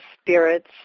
spirits